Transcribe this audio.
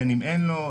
בין אם אין לו.